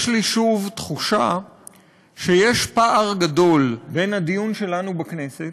יש לי שוב תחושה שיש פער גדול בין הדיון שלנו בכנסת,